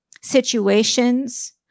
situations